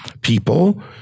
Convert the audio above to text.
people